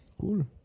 Cool